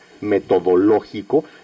metodológico